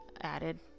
added